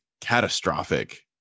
catastrophic